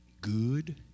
Good